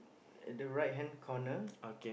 at the right hand corner